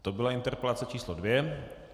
To byla interpelace číslo dvě.